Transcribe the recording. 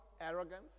arrogance